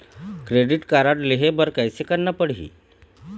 Credit card लेहे बर कैसे करना पड़ही?